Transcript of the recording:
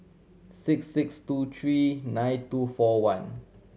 six six two three nine two four one